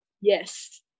Yes